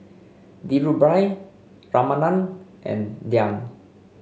Dhirubhai Ramanand and Dhyan